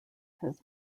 his